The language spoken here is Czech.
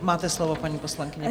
Máte slovo, paní poslankyně.